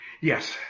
Yes